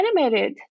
animated